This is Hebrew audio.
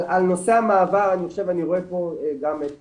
על נושא המעבר אני חושב, אני רואה פה גם את